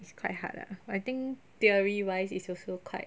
it's quite hard lah I think theory wise is also quite